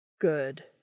Good